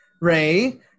Ray